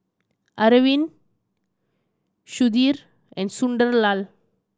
Arvind Sudhir and Sunderlal